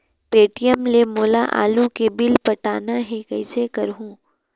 Paytm ले मोला आलू के बिल पटाना हे, कइसे करहुँ?